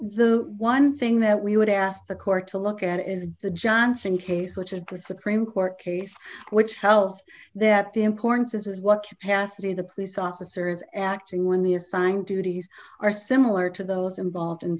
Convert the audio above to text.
the one thing that we would ask the court to look at is the johnson case which is the supreme court case which held that importance is what capacity the police officer is acting when the assigned duties are similar to those involved in